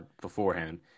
beforehand